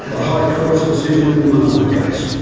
the high court's decision in the mabo case.